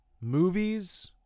movies